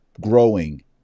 growing